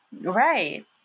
Right